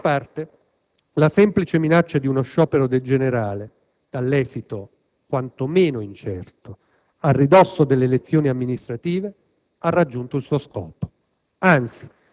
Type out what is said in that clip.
morta. Così, la semplice minaccia di uno sciopero generale (dall'esito quantomeno incerto) a ridosso delle elezioni amministrative ha raggiunto il suo scopo.